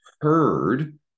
Heard